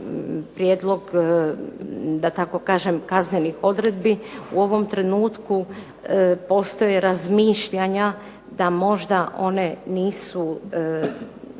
prijedlog da tako kažem kaznenih odredbi u ovom trenutku postoje razmišljanja da možda one nisu,